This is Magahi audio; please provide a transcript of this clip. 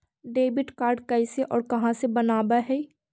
डेबिट कार्ड कैसे और कहां से बनाबे है?